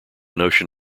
notion